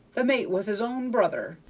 the mate was his own brother,